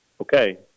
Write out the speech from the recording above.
okay